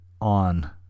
on